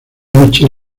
noche